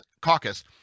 Caucus